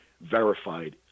verified